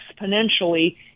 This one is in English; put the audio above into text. exponentially